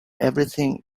everything